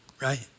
right